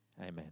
amen